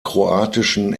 kroatischen